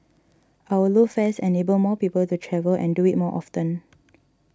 our low fares enable more people to travel and do it more often